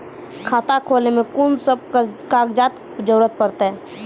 खाता खोलै मे कून सब कागजात जरूरत परतै?